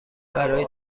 برای